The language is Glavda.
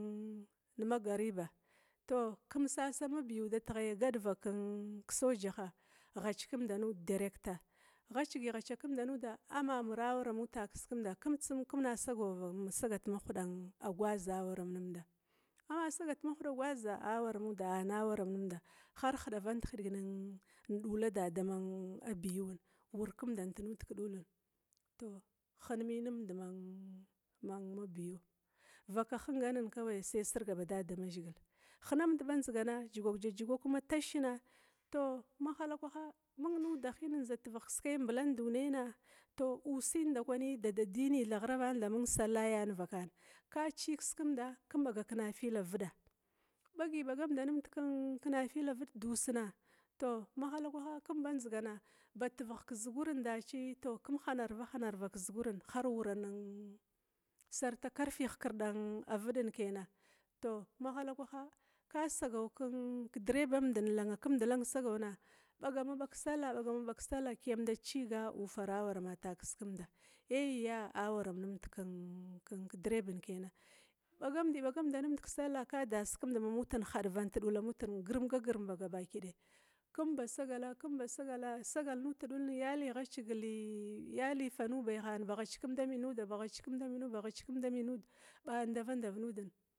Ninn magariba, tou kum sasa kum sasama biu teghaya gad vak sojaha, ghackumda nud director ghacgi ghacamda numda, ama mire amuda, kumd tsum kimma sagat ma huda gwaza amnumd ama sagat ma huda gwaza awara mud ana waramnumda har hidavan hidig dula da dama biu, wurkimdant nud kedulan tou hinminumd ma biu vaka hinganan kawai sirga ba damazhigil hinamda dzigana jigwaug jigwagana ma tasha tou mahalakwaha mung nusina mblandunaya ndakwi dadadini ghirava bad salayana vakana, ka cig kiskimda kum baga kena fila vida, bagi bagamda kenafilavid dusna, tou mahalakwaha kimba ndzigana bativigh kezuguran davi kum hanarva hanarva kezugurna har wura ning har sarta karfi ihkirdina mavidina, tou mahalakwaha ka sagau kin direbanda langakumd lang sagau na, bagama bag kesalla bagama bag kesalla kiyamda ciga ufara awarama ki skimda, ai ana waramnimda baga bagam nimd kesalla kaba das kumd dama mut hadvant mut grimgagrim ba gabakidaya kumba sagala kimba sagala ya li ghacig ya li fanubayan ba ghackimda min nud baghackum da min nud ba ndaua ndava nud